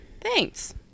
Thanks